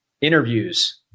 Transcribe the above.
interviews